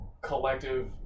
collective